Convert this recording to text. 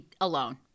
alone